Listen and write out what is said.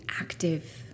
active